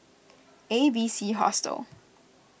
A B C Hostel